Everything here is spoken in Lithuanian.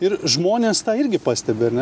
ir žmonės tą irgi pastebi ar ne